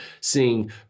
seeing